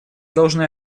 должны